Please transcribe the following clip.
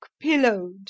pillowed